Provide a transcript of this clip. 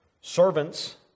servants